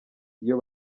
iyo